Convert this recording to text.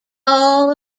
ball